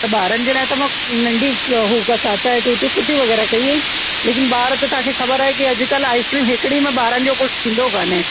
त ॿारनि जे लाइ त मां नंढी हू कसाटा ऐं टूटी फ़्रूटी वग़ैरह कई आहिनि लेकिनि ॿार त तव्हांखे ख़बर आहे कि अॼुकल्ह आइसक्रीम हिकिड़ी में ॿारनि जो कुझु थींदो काने